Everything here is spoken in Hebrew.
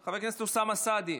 חבר הכנסת אוסמה סעדי,